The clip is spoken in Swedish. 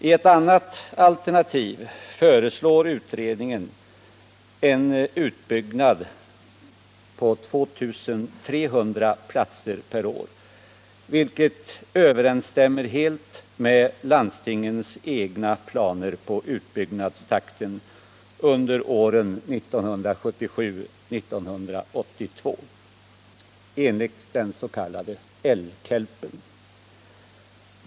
I ett annat alternativ föreslår utredningen en utbyggnad med 2300 platser per år, vilket helt överensstämmer med landstingens egna planer för utbyggnadstakten under åren 1977-1982 enligt den s.k. LKELP.